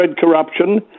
corruption